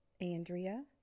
Andrea